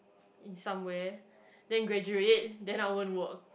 in somewhere then graduate then I won't work